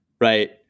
right